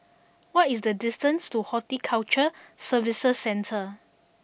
what is the distance to Horticulture Services Centre